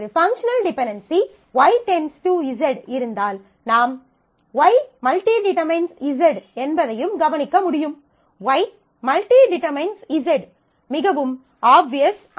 எனவே ஒரு functional dependency Y → Z இருந்தால் நாம் Y →→ Z என்பதையும் கவனிக்க முடியும் Y →→ Z மிகவும் ஆஃப்வியஸ் ஆனது